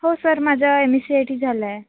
हो सर माझं M S C I T झालं आहे